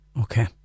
Okay